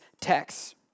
text